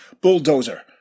bulldozer